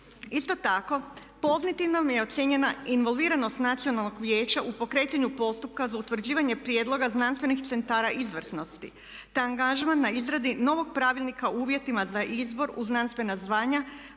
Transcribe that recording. Isto tako pozitivnim je ocijenjena involviranost nacionalnog vijeća u pokretanju postupka za utvrđivanje prijedloga znanstvenih centara izvrsnosti, te angažman na izradi novog Pravilnika o uvjetima za izbor u znanstvena zvanja.